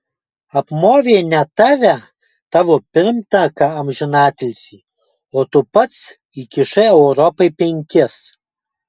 apmovė ne tave tavo pirmtaką amžinatilsį o tu pats įkišai europai penkis